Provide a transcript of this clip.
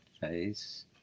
face